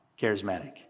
charismatic